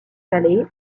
valley